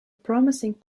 promising